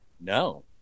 no